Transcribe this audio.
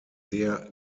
der